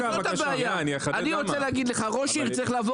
הם הבטיחו, דרך אגב, שראש עיר יוכל להיכנס.